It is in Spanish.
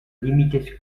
límites